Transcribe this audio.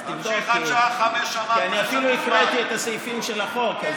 אני אפילו הקראתי את הסעיפים של החוק.